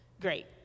Great